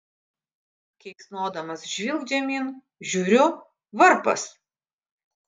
keiksnodamas žvilgt žemyn žiūriu varpas